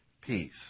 peace